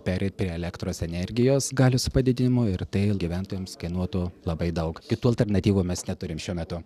pereit prie elektros energijos galios padidinimo ir tai gyventojams kainuotų labai daug kitų alternatyvų mes neturim šiuo metu